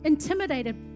Intimidated